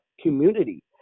community